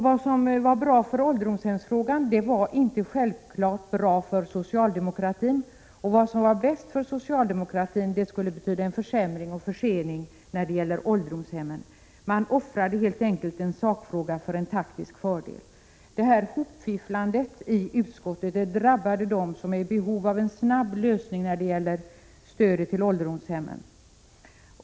Vad som var bra för ålderdomshemsfrågan var inte självklart bra för socialdemokratin, och vad som var bäst för socialdemokratin skulle betyda en försämring och en försening beträffande ålderdomshemmen. Man offrade helt enkelt en sakfråga för en taktisk fördel. Detta hopfifflande i utskottet drabbade dem som är i behov av en snabb lösning när det gäller stödet till ålderdomshemmen.